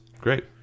Great